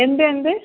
എന്ത് എന്ത്